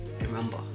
remember